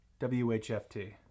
WHFT